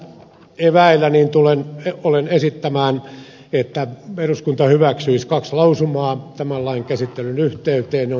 näillä eväillä tulen esittämään että eduskunta hyväksyisi kaksi lausumaa tämän lain käsittelyn yhteyteen ne on teille jaettu sinne pöydälle